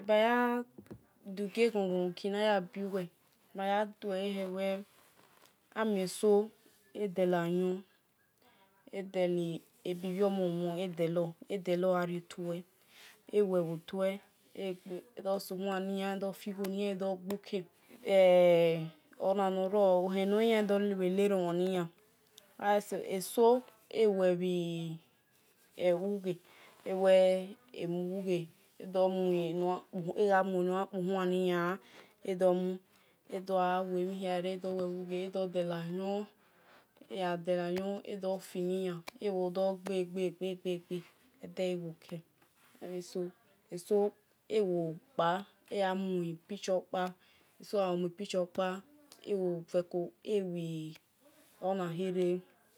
Ebaya dugie-ghon-ghon bhu kina-ya-biuwel ebaya duehe amie so edela yon edeli-ebi bhiomon won wdelor ghari otue ewel bhotue. edosu- huan nian edofi- gho nian edogboke e ona nor ror. ohen norghian bhe dor neromhon nian eso- ewui enor ijan kpu huan nian edomu edogha wel mhi hia bhu ghe edo dela yon egha dela yon edofi nian ewodor gbe-gbe gbe edeghi woke eghai sowu eso eghi kpa eya mui picture kpa eso gha mui picture kpa ewo feko ewil ona khere